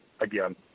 again